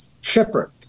shepherd